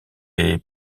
est